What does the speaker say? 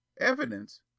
Evidence